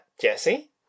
Jesse